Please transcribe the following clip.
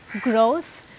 growth